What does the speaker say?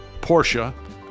Porsche